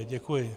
Děkuji.